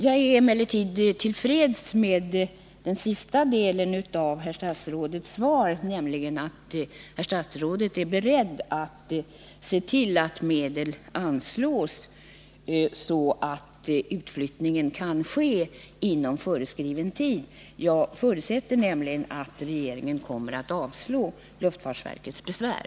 Jag är emellertid tillfreds med den sista delen av herr statsrådets svar, nämligen att statsrådet är beredd att se till: att medel anslås, så att utflyttningen kan ske inom föreskriven tid. Jag förutsätter nämligen att regeringen kommer att avslå luftfartsverkets besvär.